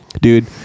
dude